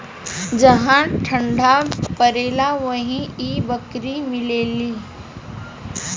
जहा ठंडा परेला उहे इ बकरी मिलेले